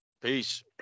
Peace